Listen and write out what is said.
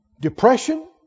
Depression